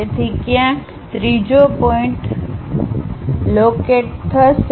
તેથી ક્યાંક ત્રીજો પોઇન્ટ લોકેટ કરો